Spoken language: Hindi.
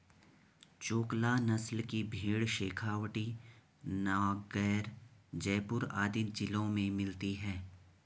चोकला नस्ल की भेंड़ शेखावटी, नागैर, जयपुर आदि जिलों में मिलती हैं